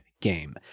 game